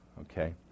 okay